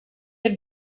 had